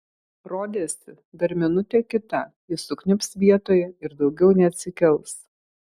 rodėsi dar minutė kita ji sukniubs vietoje ir daugiau neatsikels